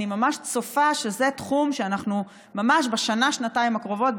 אני ממש צופה שזה תחום שאנחנו בשנה-שנתיים הקרובות,